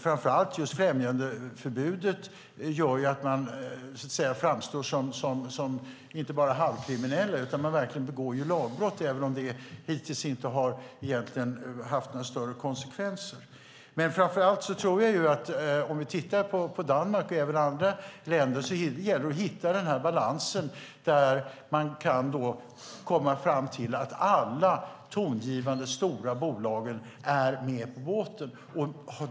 Framför allt främjandeförbudet gör att man framstår som inte bara halvkriminell. Man begår lagbrott, även om det hittills inte har haft några större konsekvenser. Om vi tittar på Danmark och även andra länder gäller det att hitta balansen där man kan komma fram till att alla tongivande stora bolag är med på båten.